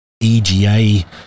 EGA